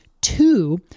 two